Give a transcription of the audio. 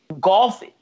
golf